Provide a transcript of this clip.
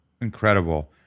Incredible